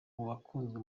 bakunzwe